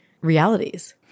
realities